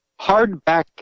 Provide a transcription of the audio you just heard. Hardback